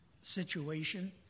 situation